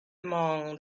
among